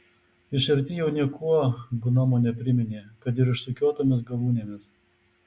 iš arti jau niekuo gnomo nepriminė kad ir išsukiotomis galūnėmis